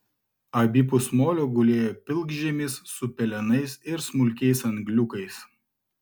abipus molio gulėjo pilkžemis su pelenais ir smulkiais angliukais